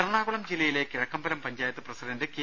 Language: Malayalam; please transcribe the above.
എറണാകുളം ജില്ലയിലെ കിഴക്കമ്പലം പഞ്ചായത്ത് പ്രസിഡന്റ് കെ